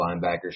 linebackers